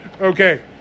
okay